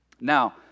Now